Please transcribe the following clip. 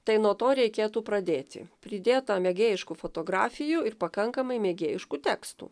tai nuo to reikėtų pradėti pridėta mėgėjiškų fotografijų ir pakankamai mėgėjiškų tekstų